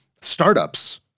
startups